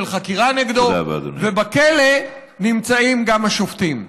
של חקירה נגדו ובכלא נמצאים גם השופטים.